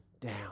down